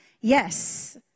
Yes